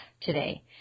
today